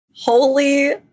Holy